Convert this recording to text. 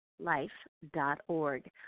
life.org